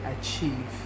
achieve